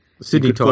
Sydney